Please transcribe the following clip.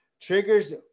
triggers